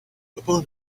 upon